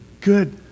good